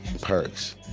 perks